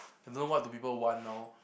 I don't know what do people want now